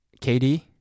KD